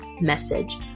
message